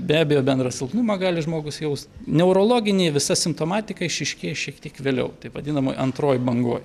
be abejo bendrą silpnumą gali žmogus jaust neurologinė visa simptomatika išryškėja šiek tiek vėliau taip vadinamoj antroj bangoj